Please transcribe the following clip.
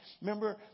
Remember